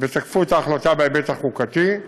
ותקפו את ההחלטה מן ההיבט החוקתי,